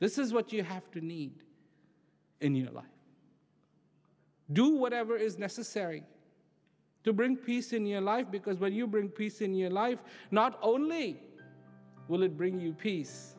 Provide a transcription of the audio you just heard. this is what you have to need in your life do whatever is necessary to bring peace in your life because when you bring peace in your life not only will it bring you peace